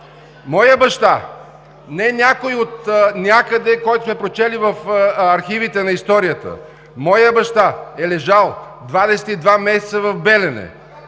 Моят баща – не някой от някъде, който сме прочели в архивите на историята – моят баща е лежал 22 месеца в Белене,